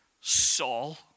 Saul